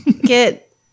get